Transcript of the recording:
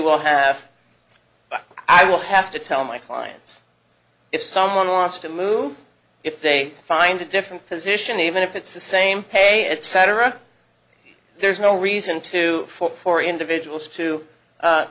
will have i will have to tell my clients if someone wants to move if they find a different position even if it's the same pay etc there's no reason to for individuals to